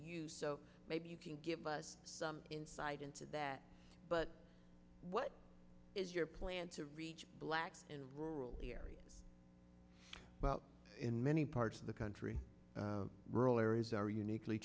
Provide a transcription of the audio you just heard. used so maybe you can give us insight into that but what is your plan to reach black in rural areas about in many parts of the country rural areas are uniquely